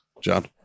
John